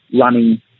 running